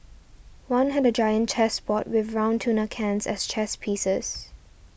one had a giant chess board with round tuna cans as chess pieces